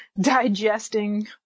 digesting